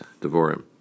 Devorim